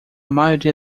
maioria